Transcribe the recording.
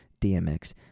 DMX